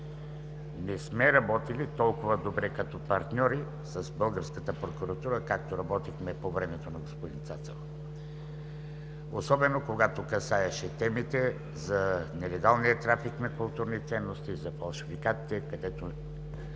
не сме работили толкова добре като партньори с българската прокуратура, както работихме по времето на господин Цацаров, особено когато касаеше темите за нелегалния трафик на културни ценности – за фалшификатите, където